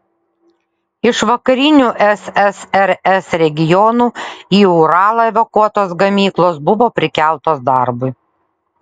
iš vakarinių ssrs regionų į uralą evakuotos gamyklos buvo prikeltos darbui